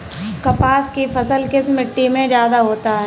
कपास की फसल किस मिट्टी में ज्यादा होता है?